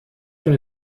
تونه